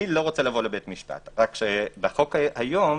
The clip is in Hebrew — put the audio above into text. רק שבחוק היום